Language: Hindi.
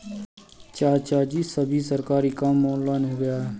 चाचाजी, सभी सरकारी काम अब ऑनलाइन हो गया है